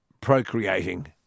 procreating